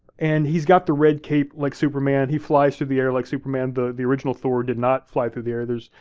and he's got the red cape like superman. he flies through the air like superman. the the original thor did not fly through the air.